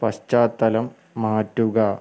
പശ്ചാത്തലം മാറ്റുക